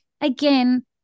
again